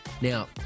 Now